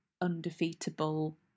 undefeatable